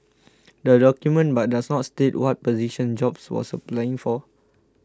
the document but does not state what position jobs was applying for